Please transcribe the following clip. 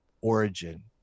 origin